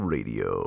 Radio